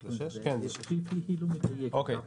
אוקיי.